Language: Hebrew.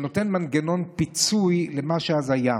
שנותן מנגנון פיצוי למה שאז היה.